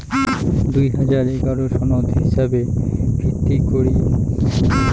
দুই হাজার এগারো সনত হিছাবে ভিত্তিক কোষ্টা আবাদের দ্বিতীয় দ্যাশ হইলেক বাংলাদ্যাশ